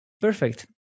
Perfect